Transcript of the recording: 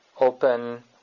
open